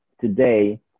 today